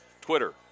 Twitter